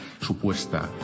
supuesta